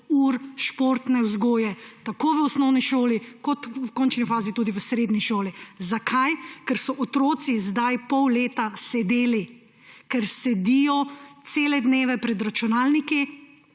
športne vzgoje tako v osnovni šoli kot v končni fazi tudi v srednji šoli. Zakaj? Ker so otroci zdaj pol leta sedeli, ker sedijo cele dneve pred računalniki,